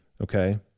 okay